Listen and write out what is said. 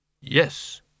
yes